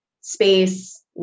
space